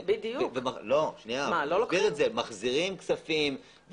מחזירים כספים,